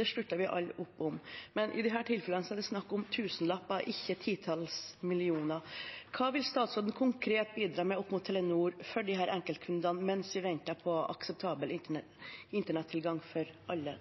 Det slutter vi alle opp om, men i disse tilfellene er det snakk om tusenlapper, ikke om titalls millioner. Hva vil statsråden konkret bidra med opp mot Telenor for disse enkeltkundene, mens vi venter på en akseptabel internettilgang for alle?